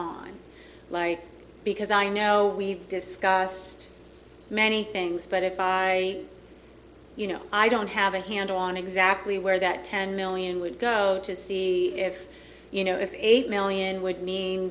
on like because i know we've discussed many things but if i you know i don't have a handle on exactly where that ten million would go to see if you know if eight million would mean